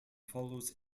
follows